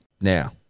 Now